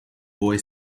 boy